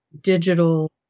digital